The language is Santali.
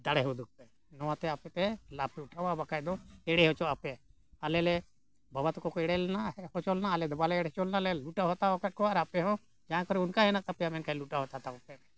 ᱫᱟᱲᱮ ᱦᱚᱸ ᱩᱫᱩᱜᱼᱯᱮ ᱱᱚᱣᱟᱛᱮ ᱟᱯᱮᱯᱮ ᱞᱟᱵᱷ ᱯᱮ ᱩᱴᱷᱟᱹᱣᱟ ᱵᱟᱠᱷᱟᱡ ᱫᱚ ᱮᱲᱮ ᱦᱚᱪᱚᱜ ᱟᱯᱮ ᱟᱞᱮᱞᱮ ᱵᱟᱵᱟ ᱛᱟᱠᱚ ᱠᱚ ᱮᱲᱮ ᱞᱮᱱᱟ ᱦᱚᱪᱚᱱᱟ ᱟᱞᱮᱫᱚ ᱵᱟᱞᱮ ᱮᱲᱮ ᱦᱚᱪᱚᱞᱮᱱᱟ ᱞᱩᱴᱟᱹᱣ ᱦᱟᱛᱟᱣ ᱟᱠᱟᱫ ᱠᱚᱣᱟ ᱟᱨ ᱟᱯᱮᱦᱚᱸ ᱡᱟᱦᱟᱸ ᱠᱚᱨᱮ ᱚᱱᱠᱟ ᱦᱮᱱᱟᱜ ᱛᱟᱯᱮᱭᱟ ᱢᱮᱱᱠᱷᱟᱱ ᱞᱩᱴᱟᱹᱣ ᱦᱟᱛᱟᱣ ᱛᱟᱵᱚᱱ ᱯᱮ